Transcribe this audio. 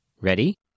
Ready